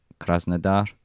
Krasnodar